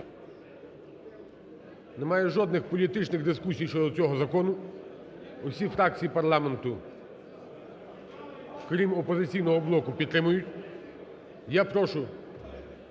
Немає жодних політичних дискусій щодо цього закону, усі фракції парламенту крім "Опозиційного блоку" підтримують. Я прошу